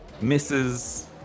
misses